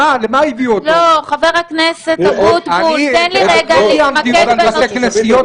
אתם חייבים להפוך למרכז רוחני ואז אתם